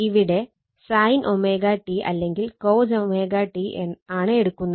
ഇവിടെ sin ω t അല്ലെങ്കിൽ cos ω t ആണ് എടുക്കുന്നത്